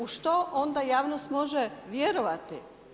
U što onda javnost može vjerovati.